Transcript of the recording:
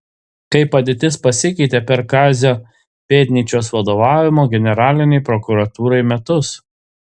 kaip padėtis pasikeitė per kazio pėdnyčios vadovavimo generalinei prokuratūrai metus